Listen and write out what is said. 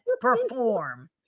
perform